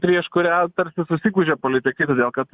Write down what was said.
prieš kurią tarsi susigūžia politikai todėl kad